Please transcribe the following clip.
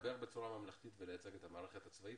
לדבר בצורה ממלכתית ולייצג את המערכת הצבאית